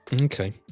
okay